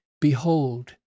Behold